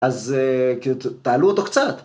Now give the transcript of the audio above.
‫אז תעלו אותו קצת.